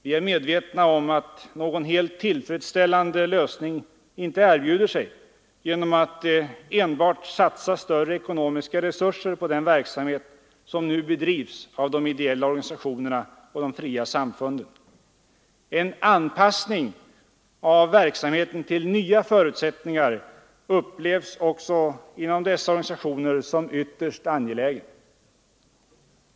Vi är medvetna om att någon helt tillfredsställande lösning inte erbjuder sig genom att enbart satsa större ekonomiska resurser på den verksamhet som nu bedrivs av de ideella organisationerna och de fria samfunden. En anpassning av verksamheten till nya förutsättningar upplevs också inom dessa organisationer som ytterst angelägen.